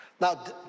Now